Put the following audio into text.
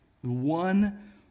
one